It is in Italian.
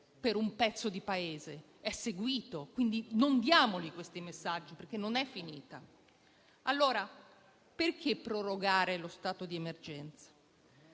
per un pezzo di Paese, è seguito; non diamo questi messaggi, perché non è finita. Allora, perché prorogare lo stato di emergenza?